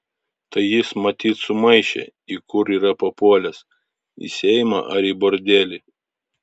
tai jis matyt sumaišė į kur yra papuolęs į seimą ar į bordelį